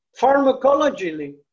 pharmacologically